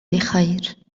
بخير